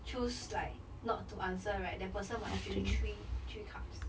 choose like not to answer right that person must drink three three cups